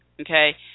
okay